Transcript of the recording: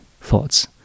thoughts